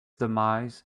demise